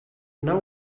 now